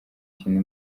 ikintu